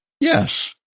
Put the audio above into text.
Yes